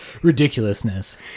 ridiculousness